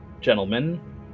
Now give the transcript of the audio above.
gentlemen